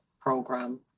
program